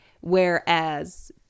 Whereas